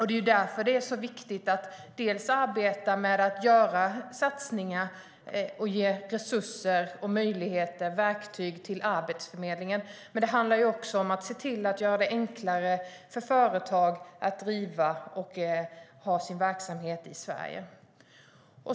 Det är därför som det är så viktigt att dels arbeta med att göra satsningar och ge resurser, möjligheter och verktyg till Arbetsförmedlingen, dels att göra det enklare för företag att driva sin verksamhet i Sverige.